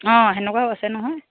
অঁ তেনেকুৱাও আছে নহয়